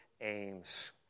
aims